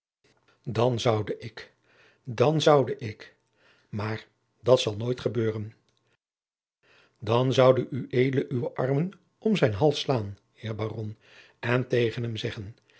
dan zoude ik dan zoude ik maar dat zal nooit gebeuren dan zoude ued uwe armen om zijn hals slaan heer baron en tegen hem zeggen